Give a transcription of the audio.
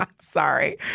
Sorry